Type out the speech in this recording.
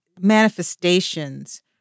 manifestations